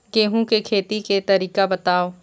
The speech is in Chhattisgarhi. गेहूं के खेती के तरीका बताव?